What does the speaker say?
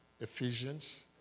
ephesians